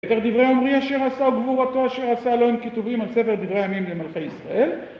ויתר דברי עמרי אשר עשה, וגבורתו אשר עשה, הלוא הם כתובים על ספר דברי הימים למלכי ישראל.